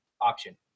option